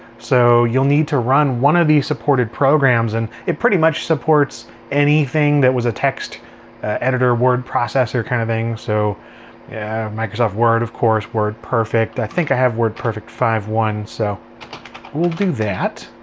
so you'll need to run one of the supported programs and it pretty much supports anything that was a text editor, word processor kind of thing. so microsoft word, of course, wordperfect. i think i have wordperfect five point one so we'll do that.